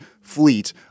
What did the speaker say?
fleet